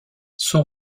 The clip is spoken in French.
son